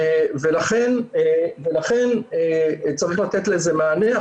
ולכן צריך לתת לזה מענה.